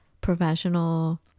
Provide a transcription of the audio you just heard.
professional